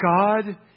God